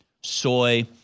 soy